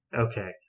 Okay